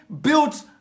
built